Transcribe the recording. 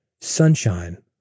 sunshine